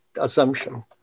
assumption